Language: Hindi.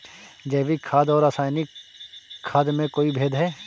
जैविक खाद और रासायनिक खाद में कोई भेद है?